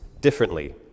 differently